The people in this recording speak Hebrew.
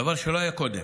דבר שלא היה קודם,